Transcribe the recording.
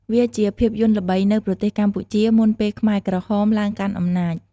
វាជាភាពយន្តល្បីនៅ ប្រទេសកម្ពុជា មុនពេល ខ្មែរក្រហម ឡើងកាន់អំណាច។